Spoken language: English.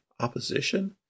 opposition